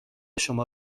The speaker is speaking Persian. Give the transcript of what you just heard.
شما